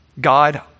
God